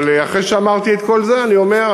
אבל אחרי שאמרתי את כל זה אני אומר,